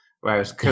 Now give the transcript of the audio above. whereas